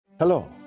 Hello